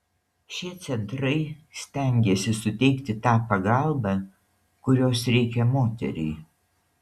šie centrai stengiasi suteikti tą pagalbą kurios reikia moteriai